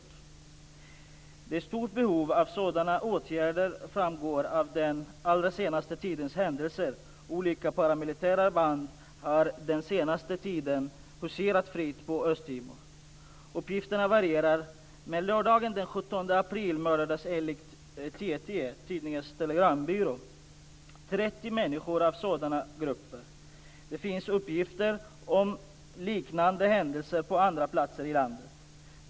Att det råder stort behov av sådana åtgärder framgår av den allra senaste tidens händelser. Olika paramilitära band har den senaste tiden huserat fritt på Östtimor. Uppgifterna varierar. Men lördagen den 17 april mördades enligt Tidningarnas Telegrambyrå 30 människor av sådana grupper. Det finns uppgifter om liknande händelser på andra platser i landet.